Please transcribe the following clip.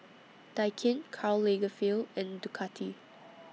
Daikin Karl Lagerfeld and Ducati